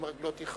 אם רגלו תכאב,